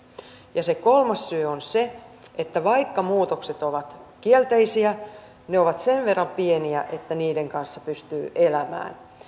ja se kolmas syy on se että vaikka muutokset ovat kielteisiä ne ovat sen verran pieniä että niiden kanssa pystyy elämään